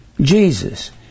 Jesus